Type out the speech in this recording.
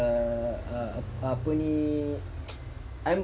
a a apa ni I'm